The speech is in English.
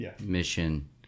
mission